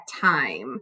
time